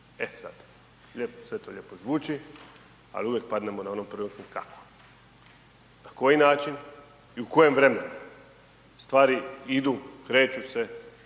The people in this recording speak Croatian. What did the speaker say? E, sad sve to lijepo zvuči, ali uvijek padnemo na ovu prvu opet, kako, na koji način i u kojem vremenu. Stvari idu, kreću se,